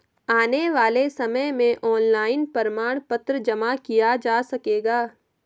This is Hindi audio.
आने वाले समय में ऑनलाइन प्रमाण पत्र जमा किया जा सकेगा